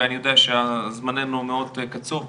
ואני יודע שזמננו מאוד קצוב,